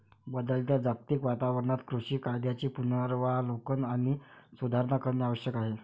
बदलत्या जागतिक वातावरणात कृषी कायद्यांचे पुनरावलोकन आणि सुधारणा करणे आवश्यक आहे